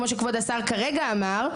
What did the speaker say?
כמו שכבוד השר כרגע אמר,